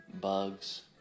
Bugs